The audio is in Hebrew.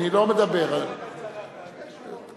אני לא מדבר על, ממש לא בצרה, תאמין לי.